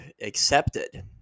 accepted